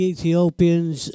Ethiopians